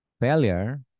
Failure